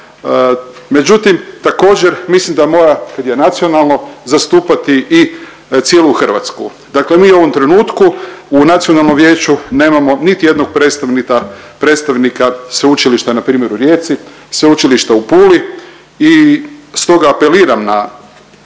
međutim, također, mislim da mora, kad je nacionalno, zastupati i cijelu Hrvatsku. Dakle mi u ovom trenutku u nacionalnom vijeću nemamo niti jednog predstavnika sveučilišta, npr. u Rijeci, Sveučilišta u Puli i stoga apeliram na